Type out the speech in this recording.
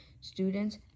students